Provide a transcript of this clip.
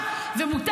ממש לא.